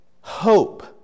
Hope